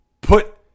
put